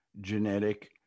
genetic